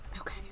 okay